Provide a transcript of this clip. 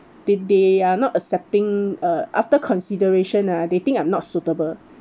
they they are not accepting uh after consideration ah they think I'm not suitable